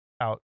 out